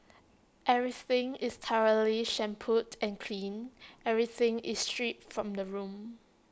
everything is thoroughly shampooed and cleaned everything is stripped from the room